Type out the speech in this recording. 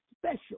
special